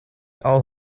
all